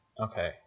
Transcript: Okay